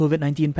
COVID-19